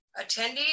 Attendees